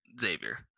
Xavier